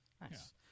Nice